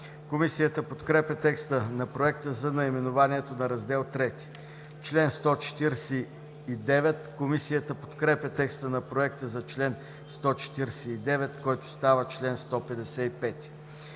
Комисията подкрепя текста на Проекта за наименованието на Раздел III. Комисията подкрепя текста на Проекта за чл. 149, който става чл. 155.